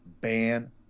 ban